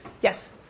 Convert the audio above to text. Yes